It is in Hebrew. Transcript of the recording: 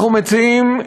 אנחנו מציעים,